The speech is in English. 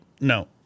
no